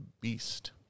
Beast